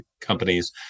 companies